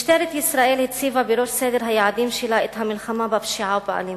משטרת ישראל הציבה בראש סדר היעדים שלה את המלחמה בפשיעה ובאלימות.